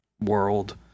world